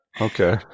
Okay